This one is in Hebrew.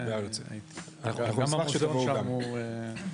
אנחנו נשמח שתבואו גם.